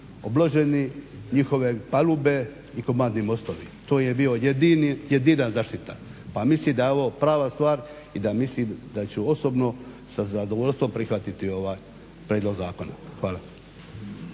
obloženi, njihove palube i komandni mostovi. To je bila jedina zaštita. Pa mislim da je ovo prava stvar i da mislim da ću osobno sa zadovoljstvom prihvatiti ovaj prijedlog zakona. Hvala.